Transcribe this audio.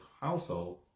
household